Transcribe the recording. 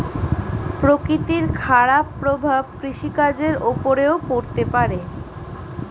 প্রকৃতির খারাপ প্রভাব কৃষিকাজের উপরেও পড়তে পারে